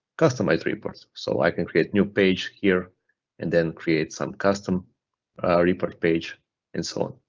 customize reports. so i can create new page here and then create some custom report page and so on,